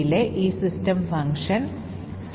ഇപ്പോൾ ഇത് സമാനമാണെങ്കിൽ ഒരു മാറ്റവുമില്ലെന്ന് അർത്ഥമാക്കും